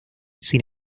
sin